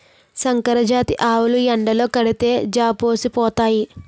సంకరజాతి ఆవులు ఎండలో కడితే జాపోసిపోతాయి